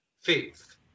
faith